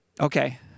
Okay